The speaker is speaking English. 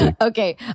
okay